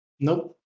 Nope